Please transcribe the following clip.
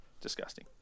Disgusting